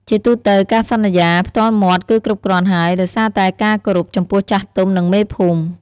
ជាទូទៅ ការសន្យាផ្ទាល់មាត់គឺគ្រប់គ្រាន់ហើយ ដោយសារតែការគោរពចំពោះចាស់ទុំ និងមេភូមិ។